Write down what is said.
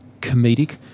comedic